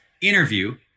interview